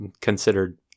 considered